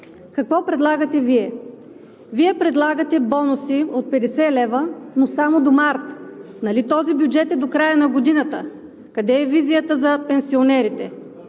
какво предлагате Вие? Вие предлагате бонуси от 50 лв., но само до месец март. Нали този бюджет е до края на годината, къде е визията за пенсионерите?